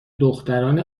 دختران